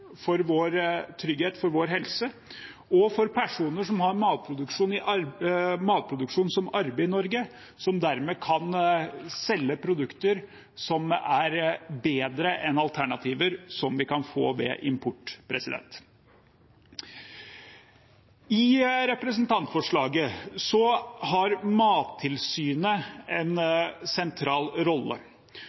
for vår trygghet, for vår helse og for personer som har matproduksjon som arbeid i Norge, og dermed kan selge produkter som er bedre enn alternativer vi kan få ved import. I representantforslaget har Mattilsynet en sentral rolle.